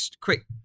quick